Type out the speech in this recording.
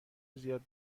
زیاد